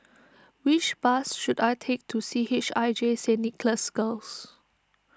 which bus should I take to C H I J Saint Nicholas Girls